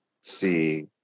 see